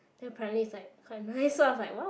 the apparently is like quite nice lah I was like !wow!